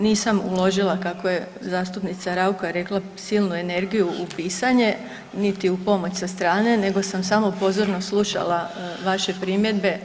Nisam uložila kako je zastupnica Raukar rekla silnu energiju u pisanje, niti u pomoć sa strane, nego sam samo pozorno slušala vaše primjedbe.